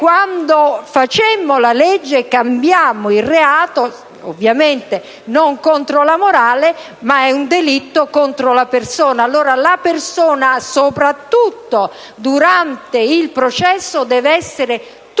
quando facemmo la legge, cambiammo il reato: ovviamente non un delitto contro la morale, ma un delitto contro la persona. Allora la persona, soprattutto durante il processo, deve essere tutelata